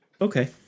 Okay